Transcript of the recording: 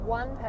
one